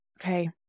okay